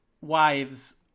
wives